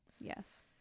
Yes